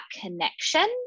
connection